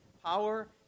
power